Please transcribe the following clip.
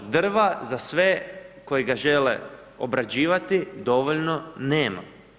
Drva za sve koji ga žele obrađivati dovoljno nema.